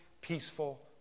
peaceful